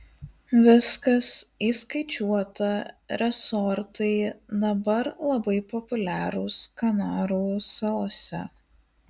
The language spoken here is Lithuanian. viskas įskaičiuota resortai dabar labai populiarūs kanarų salose